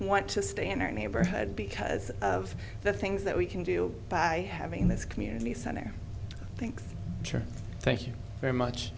want to stay in our neighborhood because of the things that we can do by having this community center thanks